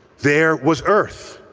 there was earth.